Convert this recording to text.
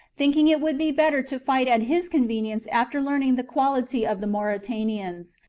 thinking it would be better to fight at his convenience after learning the quality of the mauritanians,